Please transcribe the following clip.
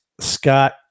Scott